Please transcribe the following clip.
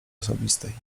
osobistej